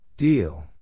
Deal